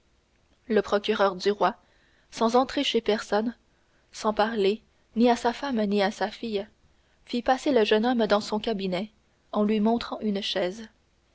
le procureur du roi sans entrer chez personne sans parler ni à sa femme ni à sa fille fit passer le jeune homme dans son cabinet et lui montrant une chaise